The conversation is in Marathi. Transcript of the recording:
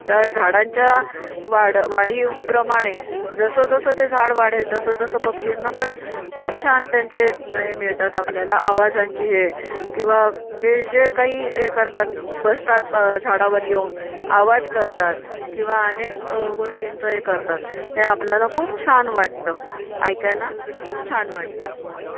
त्या झाडांच्या वाढ वाढीप्रमाणे जसंजसं ते झाड वाढेल तसंतसं पक्ष्यांना पण खूप छान त्यांचे नये मिळतात आपल्याला आवाजांची हे किंवा ते जे काही हे करतात बसतात प झाडावर येऊन आवाज करतात किंवा अनेक गोष्टींचं हे करतात ते आपल्याला खूप छान वाटतं ऐकायला खूप छान वाटतं